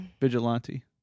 vigilante